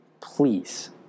Please